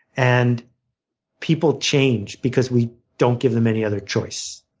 and people change because we don't give them any other choice.